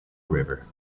river